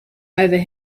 over